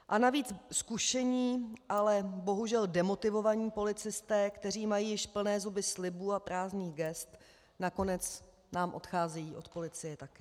A navíc zkušení, ale bohužel demotivovaní policisté, kteří mají již plné zuby slibů a prázdných gest, nakonec nám odcházejí od policie také.